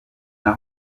fifi